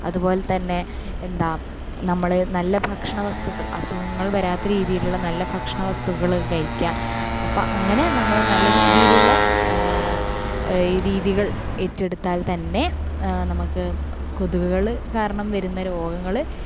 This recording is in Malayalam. അതുപോലെ തന്നെ എന്താണ് നമ്മൾ നല്ല ഭക്ഷണ വസ്തുക്കൾ അസുഖങ്ങൾ വരാത്ത രീതീയിലുള്ള നല്ല ഭക്ഷണ വസ്തുക്കൽ കഴിക്കാൻ അപ്പം അങ്ങനെ നമ്മൾ നല്ല രീതിയിലുള്ള രീതികൾ ഏറ്റെടുത്താൽ തന്നെ നമുക്ക് കൊതുക്കൾ കാരണം വരുന്ന രോഗങ്ങൾ